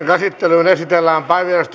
käsittelyyn esitellään päiväjärjestyksen